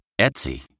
Etsy